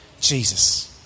Jesus